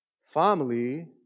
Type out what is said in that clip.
Family